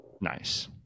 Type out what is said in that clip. Nice